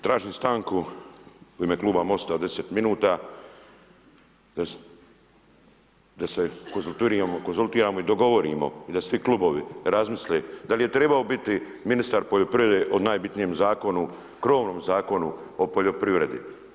Tražim stanku u ime kluba MOST-a 10 min da se konzultiramo i dogovorimo i da svi klubovi razmisle da li je trebao biti ministar poljoprivrede o najbitnijem zakonu, krovnom Zakonu o poljoprivredi.